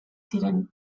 ziren